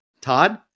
Todd